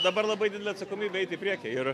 dabar labai didelė atsakomybė eit į priekį ir